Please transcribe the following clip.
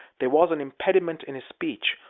there was an impediment in his speech,